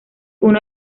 uno